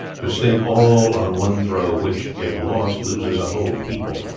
to stake all on one throw, which if lost loses a whole people,